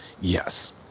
Yes